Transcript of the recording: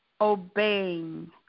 obeying